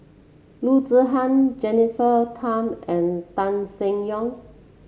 Loo Zihan Jennifer Tham and Tan Seng Yong